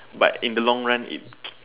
but in the long run it